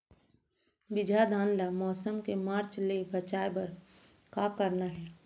बिजहा धान ला मौसम के मार्च ले बचाए बर का करना है?